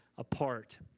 apart